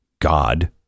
God